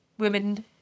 women